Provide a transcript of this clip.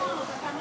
תוצאות